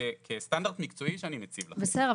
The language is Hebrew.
כסטנדרט מקצועי שמוצב להם --- בסדר,